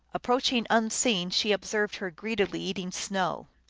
approaching unseen, she observed her greedily eating snow.